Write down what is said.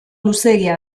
luzeegia